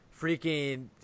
freaking